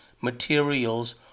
materials